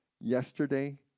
Yesterday